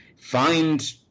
find